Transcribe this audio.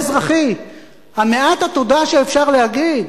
מעט התודה שאפשר להגיד.